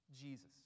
Jesus